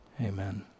Amen